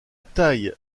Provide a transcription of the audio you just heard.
taille